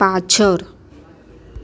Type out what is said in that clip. પાછળ